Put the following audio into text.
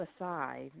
aside